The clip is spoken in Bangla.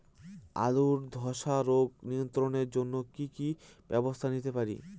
আলুর ধ্বসা রোগ নিয়ন্ত্রণের জন্য কি কি ব্যবস্থা নিতে পারি?